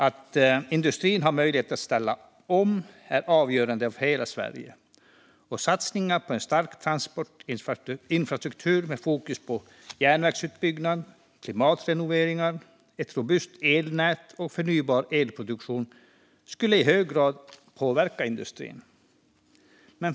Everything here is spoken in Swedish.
Att industrin har möjlighet att ställa om är avgörande för hela Sverige. Satsningar på en stärkt transportinfrastruktur med fokus på järnvägsutbyggnad, klimatrenoveringar, ett robust elnät och förnybar elproduktion skulle i hög grad påverka industrin.